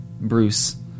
Bruce